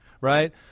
right